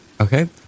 Okay